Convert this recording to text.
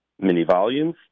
mini-volumes